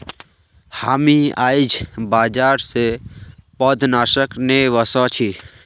हामी आईझ बाजार स पौधनाशक ने व स छि